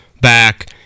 back